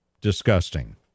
disgusting